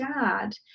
dad